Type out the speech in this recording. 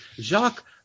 Jacques